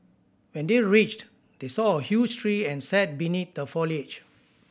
when they reached they saw a huge tree and sat beneath the foliage